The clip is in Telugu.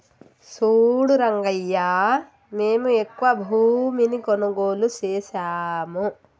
సూడు రంగయ్యా మేము ఎక్కువ భూమిని కొనుగోలు సేసాము